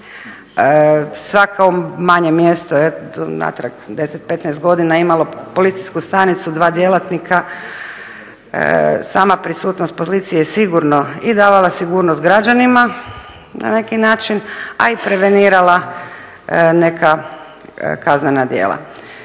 Svako manje mjesto je unatrag 10, 15 godina imalo policijsku stanicu, dva djelatnika. Sama prisutnost policije je sigurno i davala sigurnost građanima na neki način, a i prevenirala neka kaznena djela.